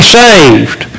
saved